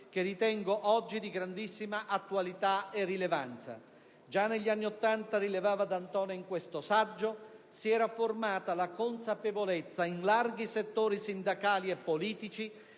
che ritengo oggi di grandissima attualità e rilevanza. Già negli anni Ottanta - rilevava D'Antona in quel saggio - si era formata la consapevolezza, in larghi settori sindacali e politici,